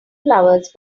flowers